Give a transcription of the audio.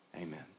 amen